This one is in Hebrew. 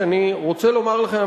שאני רוצה לומר לכם,